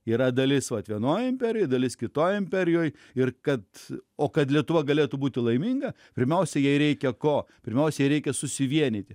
yra dalis vat vienoj imperijoj dalis kitoj imperijoj ir kad o kad lietuva galėtų būti laiminga pirmiausiai jai reikia ko pirmiausiai jai reikia susivienyti